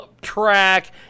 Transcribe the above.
track